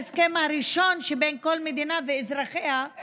ההסכם הראשון שבין כל מדינה לאזרחיה הוא